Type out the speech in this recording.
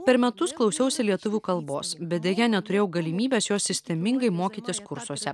per metus klausiausi lietuvių kalbos bet deja neturėjau galimybės jos sistemingai mokytis kursuose